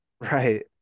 Right